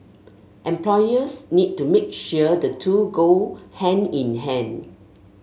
employers need to make sure the two go hand in hand